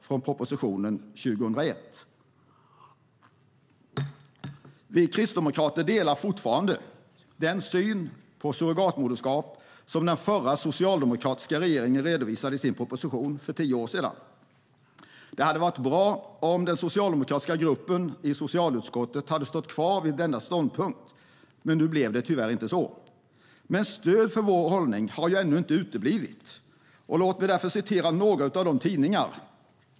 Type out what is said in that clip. Vi kristdemokrater delar fortfarande den syn på surrogatmoderskap som den förra socialdemokratiska regeringen redovisade i sin proposition för tio år sedan. Det hade varit bra om den socialdemokratiska gruppen i socialutskottet hade stått kvar vid denna ståndpunkt, men nu blev det tyvärr inte så. Men stöd för vår hållning har ändå inte uteblivit. Låt mig därför citera några av våra tidningar.